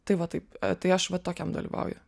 tai va taip tai aš vat tokiam dalyvauju